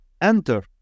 enter